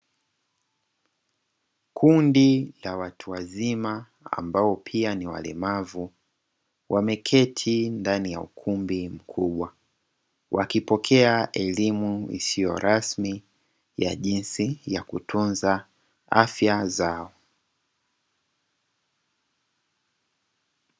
Kundi la watu wazima ambao pia ni walemavu wameketi ndani ya ukumbi mkubwa, wakipokea elimu isiyorasmi ya jinsi ya kutunza afya zao.